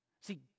See